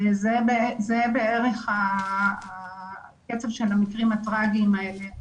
זה בערך הקצב של המקרים הטרגיים האלה.